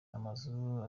amazu